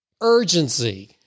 urgency